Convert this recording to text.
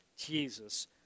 Jesus